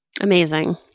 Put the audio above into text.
Amazing